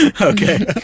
Okay